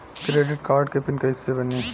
Credit card के PIN कैसे बनी?